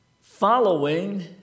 following